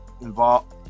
involved